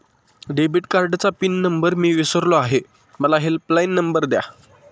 debit कार्डचा pin number मी विसरलो आहे मला हेल्पलाइन नंबर द्या